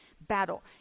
battle